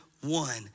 one